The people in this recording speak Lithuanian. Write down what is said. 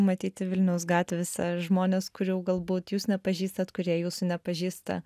matyti vilniaus gatvėse žmones kurių galbūt jūs nepažįstat kurie jūsų nepažįsta